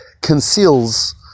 conceals